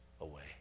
away